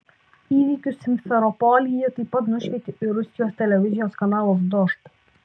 įvykius simferopolyje taip pat nušvietė ir rusijos televizijos kanalas dožd